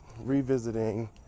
revisiting